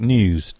News